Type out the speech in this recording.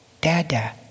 Dada